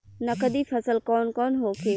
नकदी फसल कौन कौनहोखे?